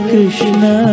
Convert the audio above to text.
Krishna